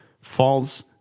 false